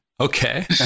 Okay